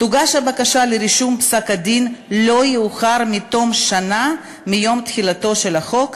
תוגש הבקשה לרישום פסק-הדין לא יאוחר מתום שנה מיום תחילתו של החוק,